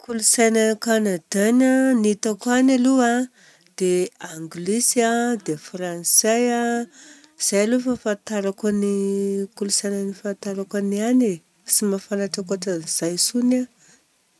Kolontsaina kanadiana a ny hitako any aloha a dia englisy a, dia frantsay. Izay aloha ny fahafantarako ny kolontsainy, fahafantarako ny any e. Tsy mahafantatra ankoatra an'izay intsony aho.